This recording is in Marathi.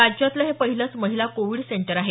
राज्यातलं हे पहिलंच महिला कोविड सेंटर आहे